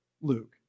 Luke